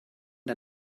der